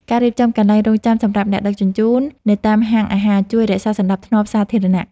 ការរៀបចំកន្លែងរង់ចាំសម្រាប់អ្នកដឹកជញ្ជូននៅតាមហាងអាហារជួយរក្សាសណ្ដាប់ធ្នាប់សាធារណៈ។